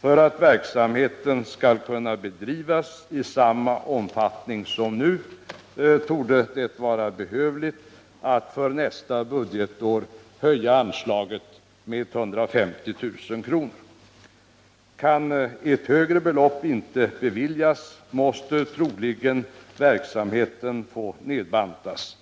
För att verksamheten skall kunna bedrivas i samma omfattning som nu torde det vara behövligt att för nästa budgetår höja anslaget med 150 000 kr. Kan inte ett högre belopp beviljas måste verksamheten troligen nedbantas.